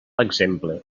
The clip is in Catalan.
exemple